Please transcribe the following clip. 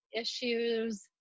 issues